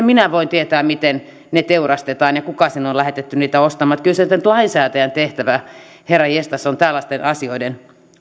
minä voin tietää miten ne teurastetaan ja kuka sinne on lähetetty niitä ostamaan kyllä se nyt lainsäätäjän tehtävä herranjestas on tällaisten asioiden